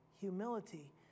humility